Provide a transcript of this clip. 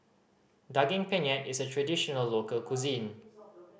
Daging Penyet is a traditional local cuisine